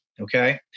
Okay